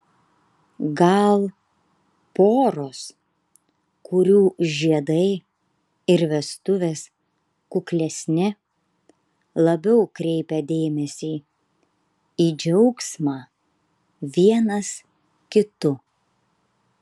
gal poros kurių žiedai ir vestuvės kuklesni labiau kreipia dėmesį į džiaugsmą vienas kitu